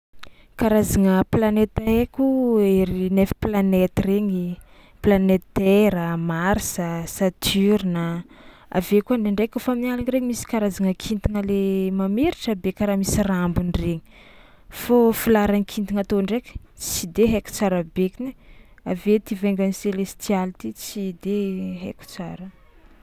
Karazagna planeta haiko ery neuf planeta regny: planeta Terre a, Mars a, Saturne a; avy eo koa ndraindraiky kaofa amin'ny alina regny misy karazagna kintagna le mamiratra be karaha misy rambony regny fô filaharan'ny kintagna tô ndraiky tsy de haiko tsara bekiny, avy eo ty vaingan'ny selestialy ty tsy de haiko tsara.